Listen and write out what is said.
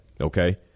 okay